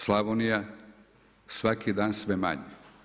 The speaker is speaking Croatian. Slavonija svaki dan sve manje.